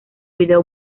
video